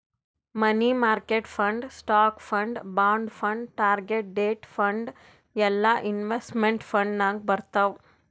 money market fund, stock fund, bond fund, target date fund ಎಲ್ಲಾ investment fund ನಾಗ್ ಬರ್ತಾವ್